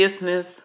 business